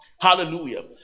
Hallelujah